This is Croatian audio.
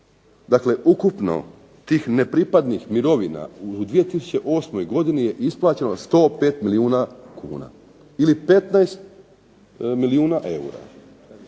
ukupno tih nepripadnih mirovina u 2008. godini je isplaćeno 105 milijuna kuna ili 15 milijuna eura.